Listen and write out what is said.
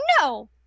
no